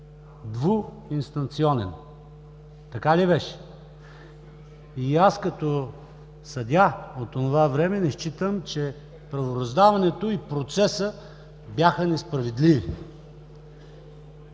двуинстанционен. Така ли беше? И аз като съдия от онова време не смятам, че правораздаването и процесът бяха несправедливи.